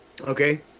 Okay